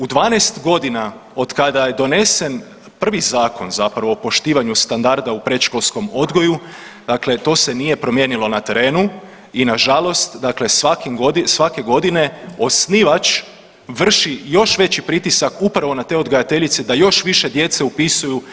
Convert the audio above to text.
U 12.g. otkada je donesen prvi zakon zapravo o poštivanju standarda u predškolskom odgoju dakle to se nije promijenilo na terenu i nažalost dakle svake godine osnivač vrši još veći pritisak upravo na te odgajateljice da još više djece upisuju